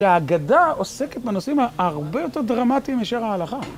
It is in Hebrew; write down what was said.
שההגדה עוסקת בנושאים ההרבה יותר דרמטיים מאשר ההלכה.